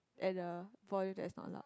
at a volume that is not loud